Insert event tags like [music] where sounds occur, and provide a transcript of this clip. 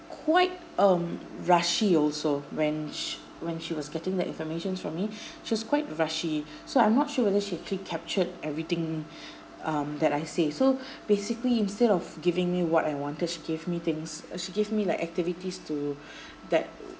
quite um rushy also when she when she was getting that information from me she was quite rushy so I'm not sure whether she actually captured everything um that I say so basically instead of giving me what I wanted she gave me things she gave me like activities to [breath] that